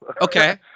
Okay